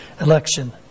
election